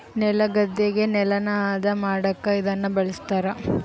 ನೆಲಗದ್ದೆಗ ನೆಲನ ಹದ ಮಾಡಕ ಇದನ್ನ ಬಳಸ್ತಾರ